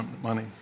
money